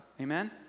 Amen